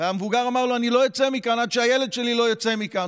והמבוגר אמר לו: אני לא יוצא מכאן עד שהילד שלי לא יוצא מכאן.